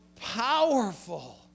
powerful